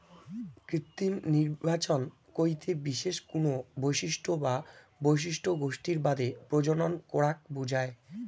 কৃত্রিম নির্বাচন কইতে বিশেষ কুনো বৈশিষ্ট্য বা বৈশিষ্ট্য গোষ্ঠীর বাদে প্রজনন করাক বুঝায়